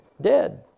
dead